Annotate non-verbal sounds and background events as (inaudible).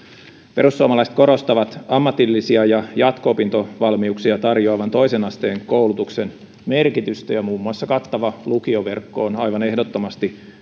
perussuomalaiset korostavat ammatillisia ja jatko opintovalmiuksia tarjoavan toisen asteen koulutuksen merkitystä ja muun muassa kattava lukioverkko on aivan ehdottomasti (unintelligible)